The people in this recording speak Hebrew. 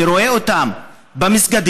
אני רואה אותם במסגדים,